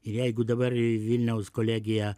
ir jeigu dabar į vilniaus kolegija